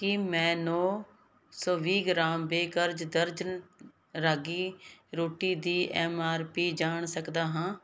ਕੀ ਮੈਂ ਨੌਂ ਸੌ ਵੀਹ ਗ੍ਰਾਮ ਬੇਕਰਜ਼ ਦਰਜਨ ਰਾਗੀ ਰੋਟੀ ਦੀ ਐੱਮ ਆਰ ਪੀ ਜਾਣ ਸਕਦਾ ਹਾਂ